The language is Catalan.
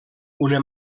una